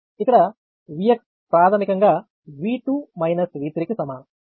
ఇక్కడ Vx ప్రాథమికంగా V2 V3 కి సమానం